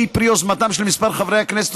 שהיא פרי יוזמתם של כמה חברי הכנסת,